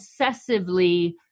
obsessively